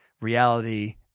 reality